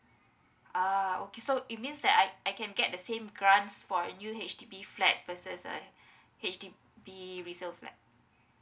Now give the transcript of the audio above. ah okay so it means that I I can get the same grants for a new H_D_B flat versus like H_D_B resale flat